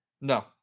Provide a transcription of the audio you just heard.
No